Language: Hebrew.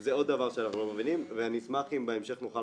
זה עוד דבר שאנחנו לא מבינים ואשמח אם בהמשך נוכל